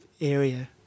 area